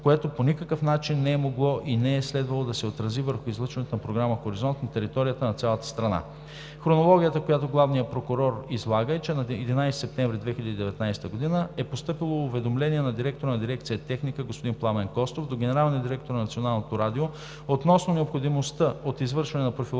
което по никакъв начин не е могло и не е следвало да се отрази върху излъчването на програма „Хоризонт“ на територията на цялата страна. Хронологията, която главният прокурор излага, е, че на 11 септември 2019 г. е постъпило уведомление на директора на дирекция „Техника“ господин Пламен Костов до генералния директор на Националното радио относно необходимостта от извършване на профилактика